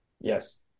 Yes